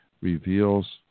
reveals